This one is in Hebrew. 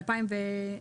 ב-2022.